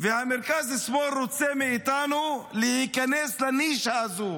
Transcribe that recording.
והמרכז-שמאל רוצה שאנחנו ניכנס לנישה הזו.